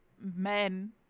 men